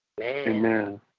Amen